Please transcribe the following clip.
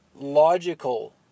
logical